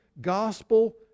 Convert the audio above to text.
gospel